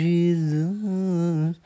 Jesus